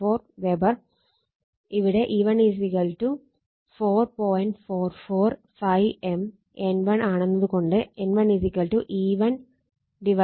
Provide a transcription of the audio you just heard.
44 ∅m N1 ആണെന്നത് കൊണ്ട് N1 E1 4